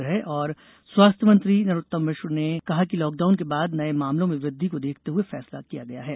गृह और स्वास्थ मंत्री नरोत्तम मिश्रा ने कहा कि लॉकडाउन के बाद नये मामलों में वृद्धि को देखते ये फैसला किया गया है